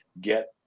get